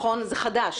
זה דבר חדש.